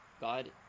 God